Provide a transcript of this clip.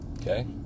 Okay